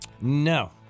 No